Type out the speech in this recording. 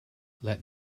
let